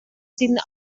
sind